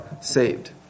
saved